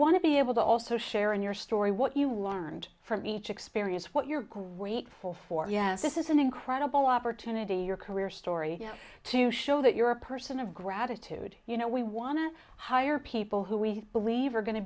want to be able to also share in your story what you learned from each experience what you're grateful for yes this is an incredible opportunity your career story to show that you're a person of gratitude you know we want to hire people who we believe are going to